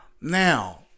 Now